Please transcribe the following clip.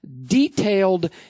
detailed